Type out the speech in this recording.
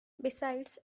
besides